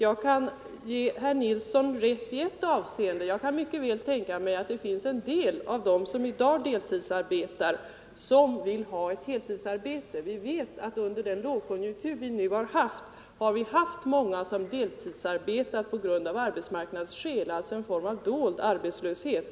Jag kan ge herr Nilsson rätt i ett avseende: jag kan mycket väl tänka mig att det finns en del av dem som i dag deltidsarbetar som vill ha ett heltidsarbete. Vi vet att under den gångna lågkonjunkturen många människor har deltidsarbetat av arbetsmarknadsskäl — det har alltså varit en form av dold arbetslöshet.